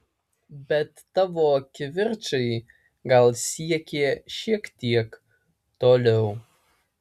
bet tavo kivirčai gal siekė šiek tiek toliau